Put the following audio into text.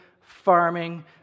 farming